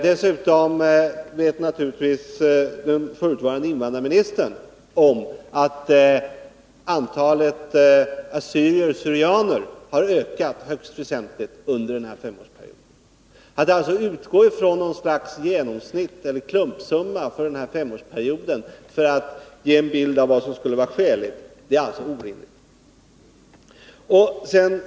Dessutom vet naturligtvis den förutvarande invandrarministern om att antalet assyrier och syrianer har ökat högst väsentligt under denna femårsperiod. Att utgå från något slags genomsnitt eller klumpsumma för den här femårsperioden för att ge en bild av vad som skulle vara skäligt är alltså orimligt.